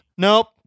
Nope